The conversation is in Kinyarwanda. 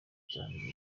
cyane